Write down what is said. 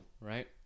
right